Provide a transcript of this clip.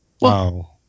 Wow